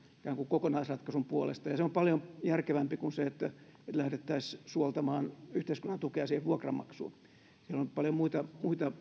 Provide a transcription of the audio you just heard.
ikään kuin kokonaisratkaisun puolesta ja se on paljon järkevämpää kuin se että lähdettäisiin suoltamaan yhteiskunnan tukea siihen vuokranmaksuun siinä on paljon muita